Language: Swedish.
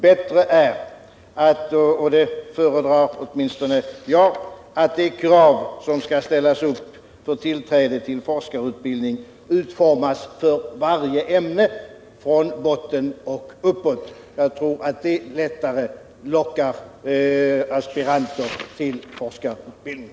Bättre är — det föredrar åtminstone jag - att de krav som skall ställas upp för tillträde till forskarutbildning utformas för varje ämne från botten och uppåt. Jag tror att det lättare lockar aspiranter till forskarutbildning.